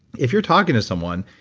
if you're talking to someone,